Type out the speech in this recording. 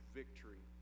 victory